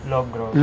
Logro